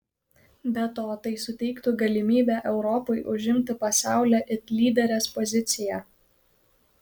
be to tai suteiktų galimybę europai užimti pasaulio it lyderės poziciją